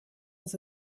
was